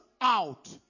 out